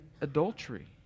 adultery